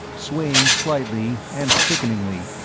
swaying slightly and sickeningly,